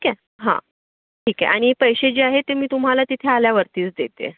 ठीक आहे हां ठीक आहे आणि पैसे जे आहे ते मी तुम्हाला तिथे आल्यावरतीच देते